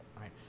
right